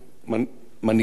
מנהיגים,